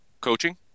coaching